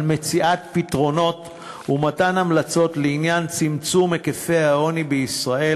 מציאת פתרונות ומתן המלצות לעניין צמצום היקפי העוני בישראל.